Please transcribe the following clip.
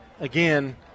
Again